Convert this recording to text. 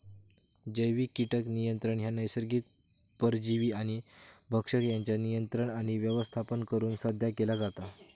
जैविक कीटक नियंत्रण ह्या नैसर्गिक परजीवी आणि भक्षक यांच्या नियंत्रण आणि व्यवस्थापन करुन साध्य केला जाता